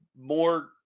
more